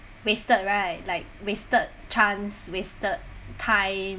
wasted right like wasted chance wasted time